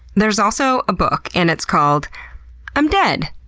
there's also a book, and it's called i'm dead.